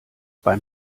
beim